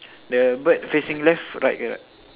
the bird facing left right uh